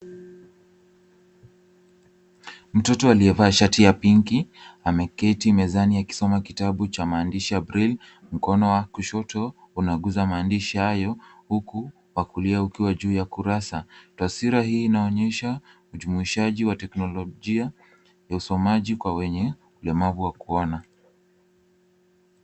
Mtoto aliyevaa shati ya pinki ameketi mezani akisoma kitabu cha maandishi ya braille . Mkono wa kushoto unaguza maandisha hayo huku wa kulia ukiwa juu ya kurasa. Taswira hii inaonyesha ujumuishaji wa teknolojia ya usomaji kwa kwenye ulemavu wa kuona.